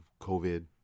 COVID